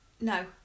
No